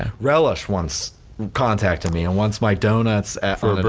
relish once contacted me and wants my donuts for the but